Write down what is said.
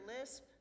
lisp